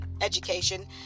education